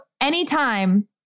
anytime